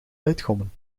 uitgommen